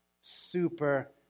Super